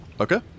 Okay